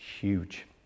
huge